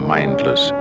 mindless